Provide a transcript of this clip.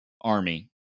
army